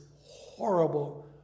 horrible